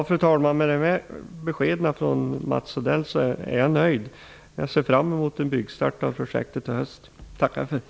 Fru talman! Med dessa besked från Mats Odell är jag nöjd. Jag ser fram emot en byggstart av projektet i höst. Jag tackar för detta.